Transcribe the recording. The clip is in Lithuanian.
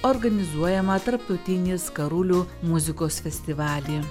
organizuojamą tarptautinį skarulių muzikos festivalį